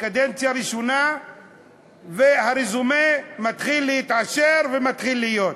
קדנציה ראשונה והרזומה מתחיל להתעשר ומתחיל להיות.